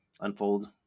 unfold